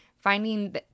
Finding